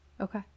Okay